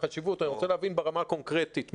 אני רוצה להבין ברמה הקונקרטית,